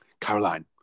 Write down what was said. Caroline